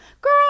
girl